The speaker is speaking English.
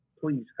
Please